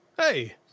Hey